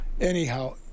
Anyhow